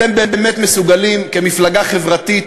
אתם באמת מסוגלים, כמפלגה חברתית,